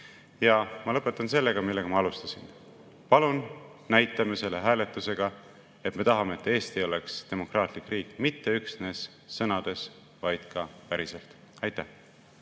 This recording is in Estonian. Ma lõpetan sellega, millega ma alustasin: palun näitame selle hääletusega, et me tahame, et Eesti oleks demokraatlik riik mitte üksnes sõnades, vaid ka päriselt. Aitäh!